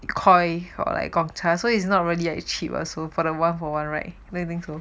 the Koi or like Gong Cha so it's not really that cheap also for the one for one right don't you think so